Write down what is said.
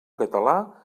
català